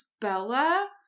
bella